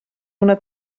una